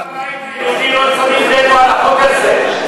אבל למה הבית היהודי לא שמים וטו על החוק הזה?